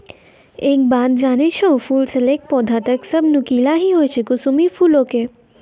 एक बात जानै छौ, फूल स लैकॅ पौधा तक सब नुकीला हीं होय छै कुसमी फूलो के